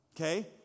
Okay